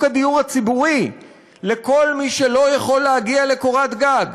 הדיור הציבורי לכל מי שלא יכול להגיע לקורת גג.